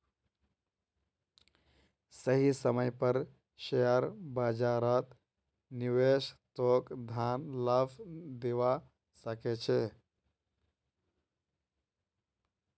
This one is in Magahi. सही समय पर शेयर बाजारत निवेश तोक धन लाभ दिवा सके छे